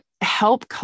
help